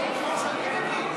אני מבקש.